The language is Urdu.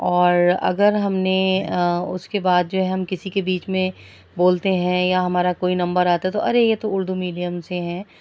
اور اگر ہم نے اس کے بعد جو ہم کسی کے بیچ میں بولتے ہیں یا ہمارا کوئی نمبر آتا ہے تو ارے یہ اردو میڈیم سے ہے